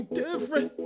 different